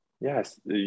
Yes